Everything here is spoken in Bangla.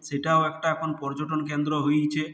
সেটাও একটা এখন পর্যটন কেন্দ্র হয়েছে